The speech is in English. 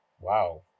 Wow